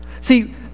See